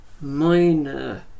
minor